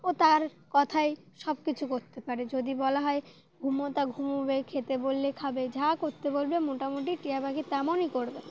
ও তার কথাই সব কিছু করতে পারে যদি বলা হয় ঘুমো তা ঘুমোবে খেতে বললে খাবে যা করতে বলবে মোটামুটি টিয়া পাখি তেমনই করবে